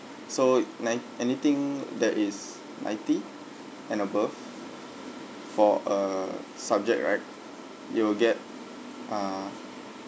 so nine~ anything that is ninety and above for a subject right you'll get ah